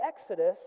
Exodus